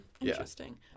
Interesting